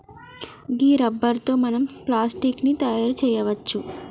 గీ rubber తో మనం plastic ని తయారు చేయవచ్చు